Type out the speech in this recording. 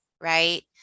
right